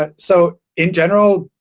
ah so in general,